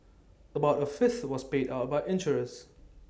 about A fifth was paid out by insurers